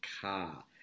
car